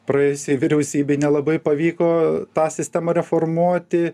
praėjusiai vyriausybei nelabai pavyko tą sistemą reformuoti